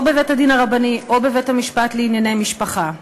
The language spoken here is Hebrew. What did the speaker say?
או בבית-הדין הרבני או בבית-המשפט לענייני משפחה,